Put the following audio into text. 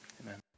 Amen